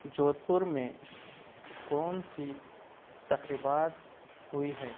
جودھپور میں کون سی تقریبات ہوئی ہیں